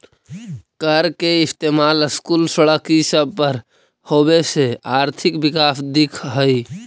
कर के इस्तेमाल स्कूल, सड़क ई सब पर होबे से आर्थिक विकास दिख हई